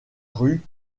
rue